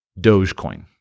Dogecoin